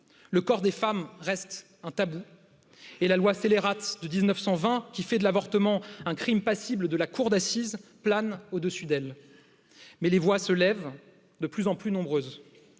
le corps des femmes reste un tabou et la loi scélérate de mille neuf cent vingt qui fait de l'avortement un crime passible de la cour d'assises plane au dessus d'elle mais les voix s'élèvent de plus en plus nombreuses